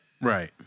right